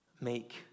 make